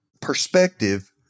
Perspective